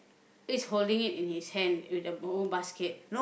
is holding it in his hand with the whole basket